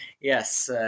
yes